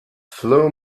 flow